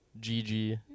GG